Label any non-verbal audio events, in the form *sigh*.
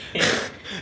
*laughs*